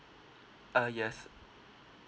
uh yes